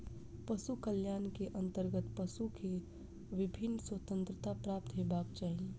पशु कल्याण के अंतर्गत पशु के विभिन्न स्वतंत्रता प्राप्त हेबाक चाही